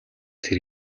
тэр